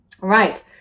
Right